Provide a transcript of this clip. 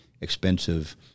expensive